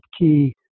key